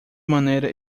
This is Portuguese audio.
maneira